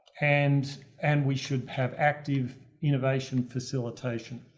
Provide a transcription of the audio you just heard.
and, and we should have active innovation facilitation.